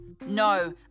No